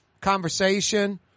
conversation